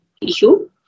issue